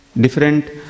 Different